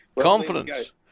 Confidence